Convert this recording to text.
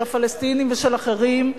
של הפלסטינים ושל אחרים,